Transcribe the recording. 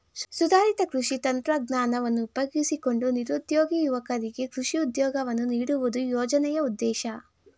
ಸುಧಾರಿತ ಕೃಷಿ ತಂತ್ರಜ್ಞಾನವನ್ನು ಉಪಯೋಗಿಸಿಕೊಂಡು ನಿರುದ್ಯೋಗಿ ಯುವಕರಿಗೆ ಕೃಷಿ ಉದ್ಯೋಗವನ್ನು ನೀಡುವುದು ಯೋಜನೆಯ ಉದ್ದೇಶ